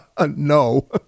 No